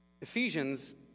Ephesians